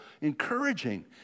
encouraging